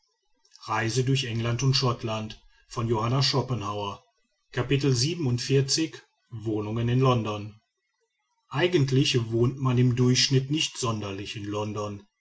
wohnungen in london eigentlich wohnt man im durchschnitt nicht sonderlich in london